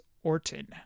orton